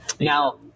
now